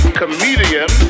comedian